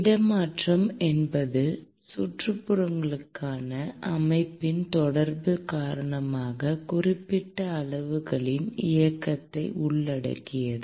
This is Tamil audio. இடமாற்றம் என்பது சுற்றுப்புறங்களுடனான அமைப்பின் தொடர்பு காரணமாக குறிப்பிட்ட அளவுகளின் இயக்கத்தை உள்ளடக்கியது